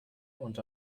und